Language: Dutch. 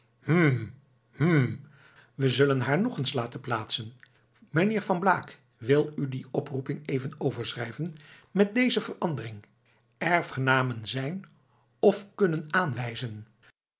we zullen haar nog eens laten plaatsen meneer van blaak wil u die oproeping even overschrijven met deze verandering erfgenamen zijn of kunnen aanwijzen